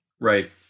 Right